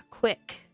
quick